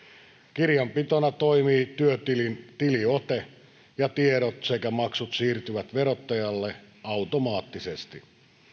kirjanpitona toimii työtilin tiliote ja tiedot sekä maksut siirtyvät verottajalle automaattisesti